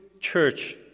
church